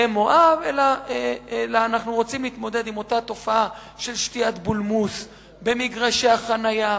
אנחנו רוצים להתמודד עם התופעה של שתיית בולמוס במגרשי החנייה,